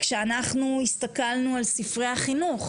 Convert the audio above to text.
כשהסתכלנו על ספרי החינוך,